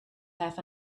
half